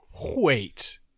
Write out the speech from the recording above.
Wait